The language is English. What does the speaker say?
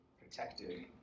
protected